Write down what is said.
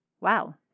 Wow